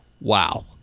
wow